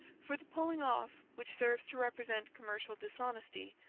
for the pulling off, which serves to represent commercial dishonesty,